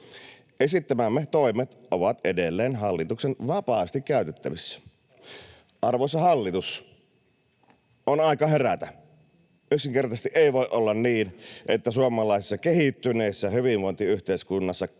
Esittämämme toimet ovat edelleen hallituksen vapaasti käytettävissä. Arvoisa hallitus, on aika herätä. Yksinkertaisesti ei voi olla niin, että suomalaisessa kehittyneessä hyvinvointiyhteiskunnassa 12-vuotias